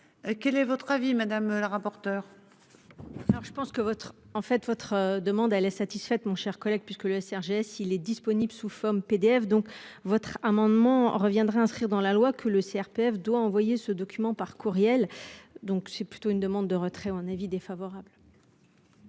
Quel est votre avis madame la rapporteure. Alors je pense que votre en fait votre demande à la satisfaite, mon cher collègue, puisque le SRG s'il est disponible sous forme PDF donc votre amendement reviendrait inscrire dans la loi que le CRPF doit envoyer ce document par courriel. Donc c'est plutôt une demande de retrait un avis défavorable.